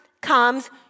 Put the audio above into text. comes